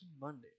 Monday